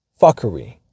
fuckery